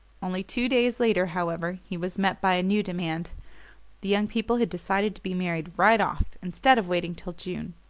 only two days later, however, he was met by a new demand the young people had decided to be married right off, instead of waiting till june.